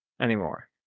anymore